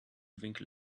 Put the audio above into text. winkel